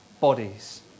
bodies